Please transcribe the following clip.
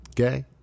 okay